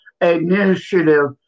initiative